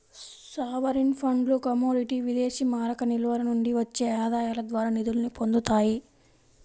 sovereign ఫండ్లు commodity విదేశీమారక నిల్వల నుండి వచ్చే ఆదాయాల ద్వారా నిధుల్ని పొందుతాయి